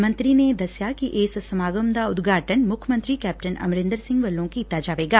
ਮੰਤਰੀ ਨੇ ਦਸਿਆ ਕਿ ਇਸ ਸਮਾਗਮ ਦਾ ਉਦਘਾਟਨ ਮੁੱਖ ਮੰਤਰੀ ਕੈਪਟਨ ਅਮਰਿੰਦਰ ਸਿੰਘ ਵੱਲੋ ਕੀਤਾ ਜਾਏਗਾ